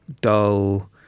dull